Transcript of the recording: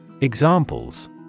Examples